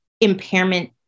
impairment